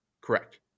Correct